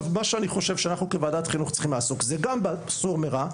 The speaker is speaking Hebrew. אני חושב שאנחנו כוועדת חינוך צריכים לעסוק גם בסור מרע,